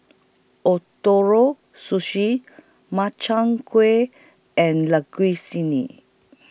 Ootoro Sushi Makchang Gui and